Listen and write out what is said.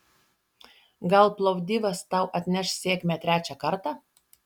gal plovdivas tau atneš sėkmę trečią kartą